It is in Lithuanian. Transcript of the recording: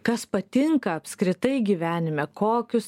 kas patinka apskritai gyvenime kokius